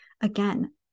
Again